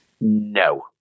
No